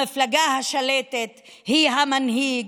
המפלגה השלטת היא המנהיג,